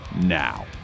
now